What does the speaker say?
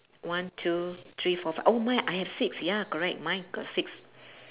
one two three four five oh my I have six ya correct mine got six